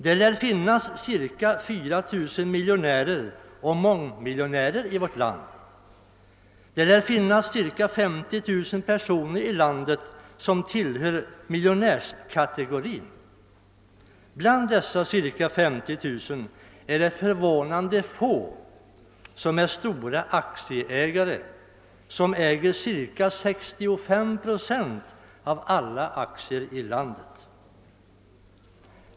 Det lär finnas ca 4 000 miljonärer och mångmiljonärer i vårt land och ca 50 000 personer som tillhör miljonärskategorin. Bland dessa ca 50 000 är det förvånande få som är stora aktieägare, men dessa äger ca 65 procent av alla aktier i landet.